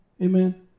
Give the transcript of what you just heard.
Amen